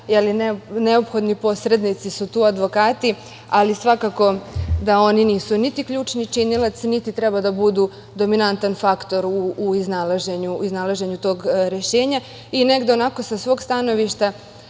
Neophodni posrednici su tu advokati, ali svakako da oni nisu niti ključni činilac, niti treba da budu dominantan faktor u iznalaženju tog rešenja. Onako sa svog stanovišta,